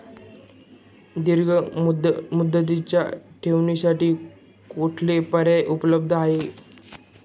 दीर्घ मुदतीच्या ठेवींसाठी कुठले पर्याय उपलब्ध आहेत?